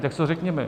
Tak si to řekněme.